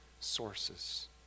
sources